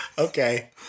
Okay